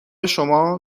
شما